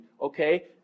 okay